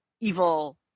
evil